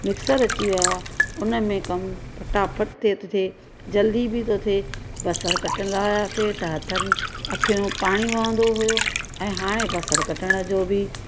mixer अची वियो आहे हुन में कमु फटाफट थिए थो थिए जल्दी बि थो थिए बसरु कटींदा हुआसीं त हथनि अखियूं मां पाणी वहंदो हुयो ऐं हाणे बसरु कटण जो बि